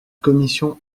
commission